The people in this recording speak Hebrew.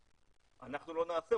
אנחנו לא נעשה,